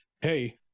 hey